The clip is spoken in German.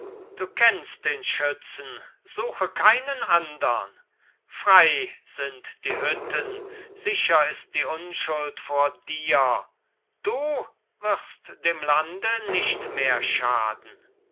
du kennst den schützen suche keinen andern frei sind die hütten sicher ist die unschuld vor dir du wirst dem lande nicht mehr schaden